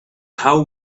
how